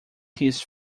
his